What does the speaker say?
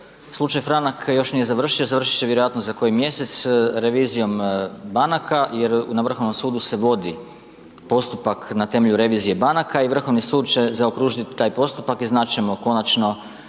slučaj Franak još nije završio, završit će vjerojatno za koji mjesec revizijom banaka jer na Vrhovnom sudu se vodi postupak na temelju revizije banak i Vrhovni sud će zaokružiti taj postupak i znat ćemo konačno